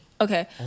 okay